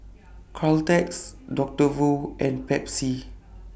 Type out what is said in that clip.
Caltex Doctor Wu and Pepsi